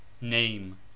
name